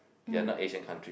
they're not Asian country